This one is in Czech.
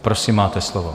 Prosím, máte slovo.